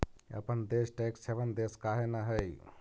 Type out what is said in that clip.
अपन देश tax haven देश काहे न हई?